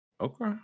Okay